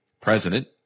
President